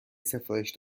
سفارش